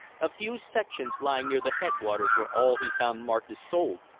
a few sections lying near the headwaters were all he found marked as sold.